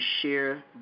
share